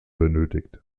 benötigt